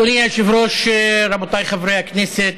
אדוני היושב-ראש, רבותיי חברי הכנסת,